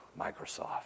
Microsoft